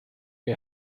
que